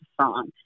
song